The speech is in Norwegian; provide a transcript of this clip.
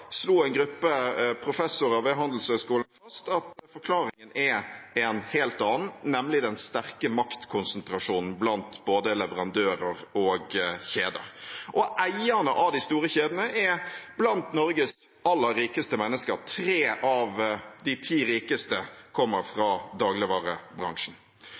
slo en gruppe professorer ved Handelshøyskolen fast at forklaringen er en helt annen, nemlig den sterke maktkonsentrasjonen blant både leverandører og kjeder. Eierne av de store kjedene er blant Norges aller rikeste mennesker. Tre av de ti rikeste kommer